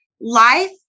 Life